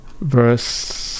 verse